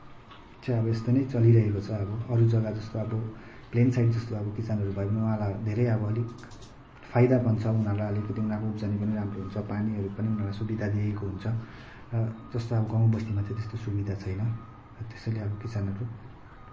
चाहिँ अब यस्तो नै चलिरहेको छ अब अरू जग्गा जस्तो अब प्लेन साइड जस्तो किसानहरू भएपनि उहाँहरूलाई धेरै अब अलिक फाइदा बन्छ उनीहरूलाई अलिकति उनीहरूको उब्जनि पनि राम्रो हुन्छ पानीहरू पनि उनीहरूलाई सुविधा दिइएको हुन्छ र जस्तो अब गाउँबस्तीमा चाहिँ त्यस्तो अब सुविधा छैन र त्यसैले अब किसानहरू